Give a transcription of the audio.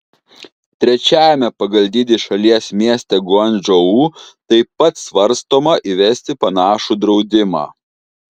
trečiajame pagal dydį šalies mieste guangdžou taip pat svarstoma įvesti panašų draudimą